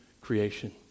creation